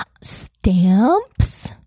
Stamps